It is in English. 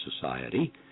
Society